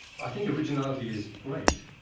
i think originality is great,